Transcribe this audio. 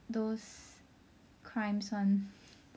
crimes one